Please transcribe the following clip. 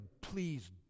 please